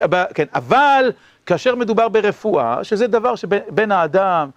כן, אבל כאשר מדובר ברפואה, שזה דבר שבין האדם...